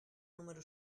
número